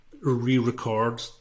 re-record